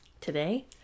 Today